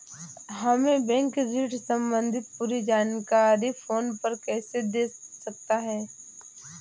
हमें बैंक ऋण संबंधी पूरी जानकारी फोन पर कैसे दे सकता है?